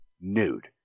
nude